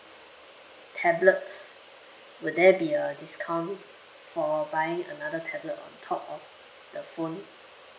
tablets will there be a discount for buying another tablet on top of the phone